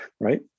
right